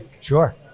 Sure